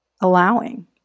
allowing